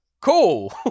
cool